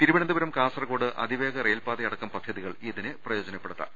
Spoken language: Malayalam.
തിരുവനന്തപുരം കാസർകോട് അതിവേഗ റെയിൽപാതയടക്കം പദ്ധതികൾ ഇതിന് പ്രയോജനപ്പെടു ത്താം